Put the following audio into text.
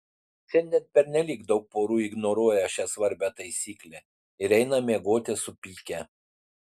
šiandien pernelyg daug porų ignoruoja šią svarbią taisyklę ir eina miegoti supykę